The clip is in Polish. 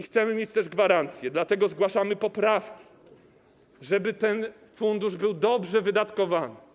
Chcemy mieć też gwarancję, dlatego zgłaszamy poprawki, żeby ten fundusz był dobrze wydatkowany.